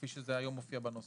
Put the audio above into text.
כפי שזה היום מופיע בנוסח.